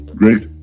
great